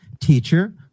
Teacher